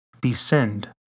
descend